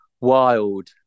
wild